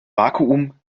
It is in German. vakuum